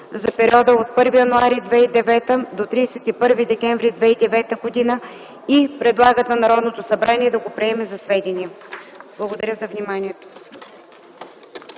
за периода от 1 януари 2009 г. до 31 декември 2009 г. и предлагат на Народното събрание да го приеме за сведение.” Благодаря за вниманието.